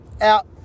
Out